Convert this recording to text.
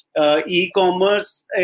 e-commerce